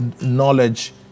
knowledge